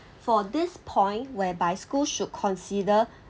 for this point whereby schools should consider